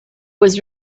was